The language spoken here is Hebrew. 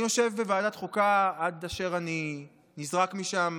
אני יושב בוועדת חוקה עד אשר אני נזרק משם